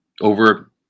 over